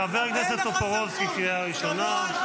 חבר הכנסת טופורובסקי, קריאה ראשונה.